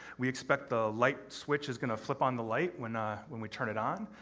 we expect the light switch is going to flip on the light when ah when we turn it on.